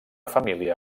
família